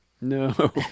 No